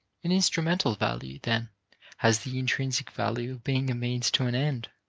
an instrumental value then has the intrinsic value of being a means to an end.